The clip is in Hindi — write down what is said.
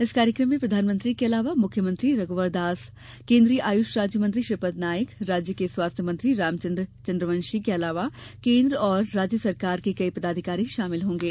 इस कार्यक्रम में प्रधानमंत्री के अलावा मुख्यमंत्री रघ्वर दास केंद्रीय आयुष राज्यमंत्री श्रीपद नाइक राज्य के स्वास्थ्य मंत्री रामचंद्र चंद्रवंशी के अलावा केंद्र व राज्य सरकार के कई पदाधिकारी शामिल होंगे